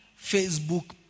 Facebook